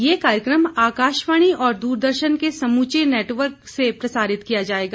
यह कार्यक्रम आकाशवाणी और दूरदर्शन के समूचे नेटवर्क से प्रसारित किया जाएगा